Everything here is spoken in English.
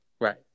Right